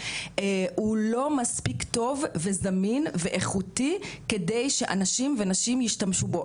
הוא לא מספיק טוב וזמין ואיכותי כדי שאנשים ונשים ישתמשו בו.